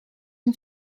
een